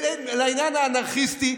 ולעניין האנרכיסטי,